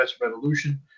Revolution